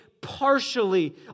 partially